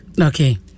Okay